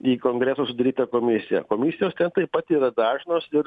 į kongreso sudarytą komisiją komisijos ten taip pat yra dažnos ir